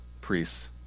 priests